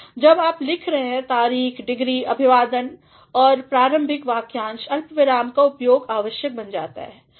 जब आप लिख रहे हैं तारीख डिग्री अभिवादन और प्रारंभिक वाक्यांश अल्पविराम का उपयोगआवश्यक बन जाता है